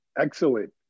Excellent